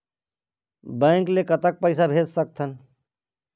Bank ले कतक पैसा भेज सकथन?